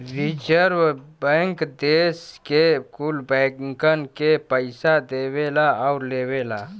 रीजर्वे bank देस के कुल बैंकन के पइसा देवला आउर लेवला